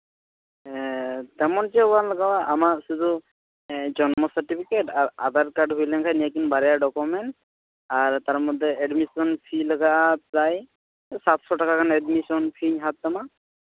ᱛᱮᱢᱚᱱ ᱪᱮᱫᱦᱚᱸ ᱵᱟᱝ ᱞᱟᱜᱟᱜᱼᱟ ᱟᱢᱟᱜ ᱥᱩᱫᱷᱩ ᱡᱚᱱᱢᱚ ᱥᱟᱨᱴᱚᱯᱷᱤᱠᱮᱴ ᱟᱨ ᱟᱫᱷᱟᱨ ᱠᱟᱨᱰ ᱦᱩᱭ ᱞᱮᱱᱠᱷᱟᱡ ᱤᱱᱟᱹᱜᱮ ᱵᱟᱨᱭᱟ ᱰᱚᱠᱚᱢᱮᱱᱴᱥ ᱟᱨ ᱛᱟᱨ ᱢᱫᱽᱫᱷᱮ ᱮᱰᱢᱤᱥᱚᱱ ᱯᱷᱤ ᱞᱟᱜᱟᱜᱼᱟ ᱯᱨᱟᱭ ᱥᱟᱛᱥᱚ ᱴᱟᱠᱟ ᱜᱟᱱ ᱮᱰᱢᱤᱥᱚᱱ ᱯᱷᱤ ᱦᱟᱛᱟᱣ ᱛᱟᱢᱟ